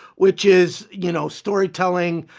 which is, you know, storytelling,